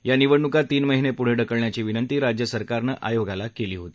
या निवडणूका तीन महिने पुढे ढकलण्याची विनंती राज्यसरकारनं आयोगाला केली होती